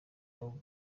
abo